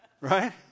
Right